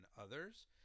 others